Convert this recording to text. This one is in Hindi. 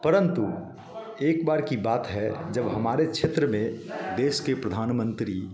परंतु एक बार की बात है जब हमारे क्षेत्र में देश के प्रधानमंत्री